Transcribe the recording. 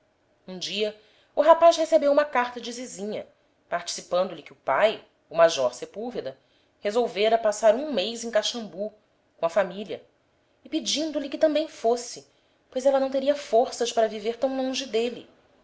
um dia o rapaz recebeu uma carta de zizinha participando-lhe que o pai o major sepúlveda resolvera passar um mês em caxambu com a família e pedindo-lhe que também fosse pois ela não teria forças para viver tão longe dele